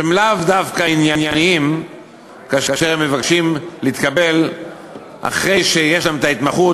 שהם לאו דווקא ענייניים כאשר הם מבקשים להתקבל אחרי שיש להם ההתמחות,